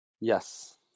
Yes